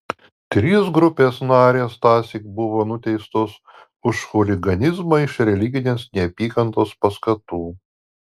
trys grupės narės tąsyk buvo nuteistos už chuliganizmą iš religinės neapykantos paskatų